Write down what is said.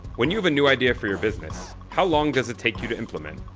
when you have a new idea for your business, how long does it take you to implement?